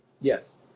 yes